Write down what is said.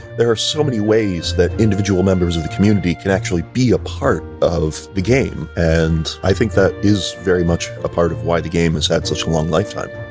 there are so many ways that individual members of the community can actually be a part of the game. and i think that is very much a part of why the game has had such a long lifetime.